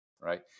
right